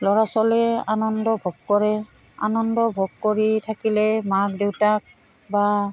ল'ৰা ছোৱালীয়ে আনন্দ ভোগ কৰে আনন্দ ভোগ কৰি থাকিলে মাক দেউতাক বা